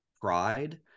pride